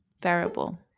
Variable